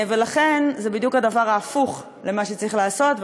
ולכן זה בדיוק הדבר ההפוך למה שצריך לעשות,